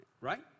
right